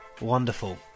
wonderful